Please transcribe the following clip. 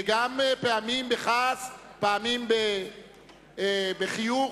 פעמים בכעס, פעמים בחיוך,